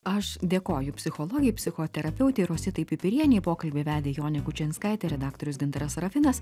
aš dėkoju psichologei psichoterapeutei rositai pipirienei pokalbį vedė jonė kučinskaitė redaktorius gintaras sarafinas